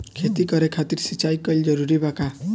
खेती करे खातिर सिंचाई कइल जरूरी बा का?